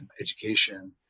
education